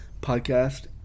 podcast